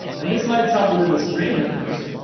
and this might sound a little strange at first,